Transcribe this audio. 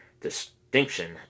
distinction